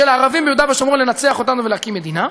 של הערבים ביהודה ושומרון לנצח אותנו ולהקים מדינה.